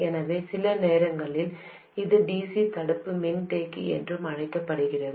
எனவே சில நேரங்களில் இது dc தடுப்பு மின்தேக்கி என்றும் அழைக்கப்படுகிறது